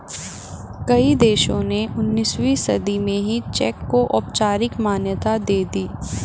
कई देशों ने उन्नीसवीं सदी में ही चेक को औपचारिक मान्यता दे दी